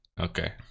okay